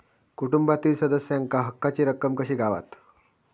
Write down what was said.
कुटुंबातील सदस्यांका हक्काची रक्कम कशी गावात?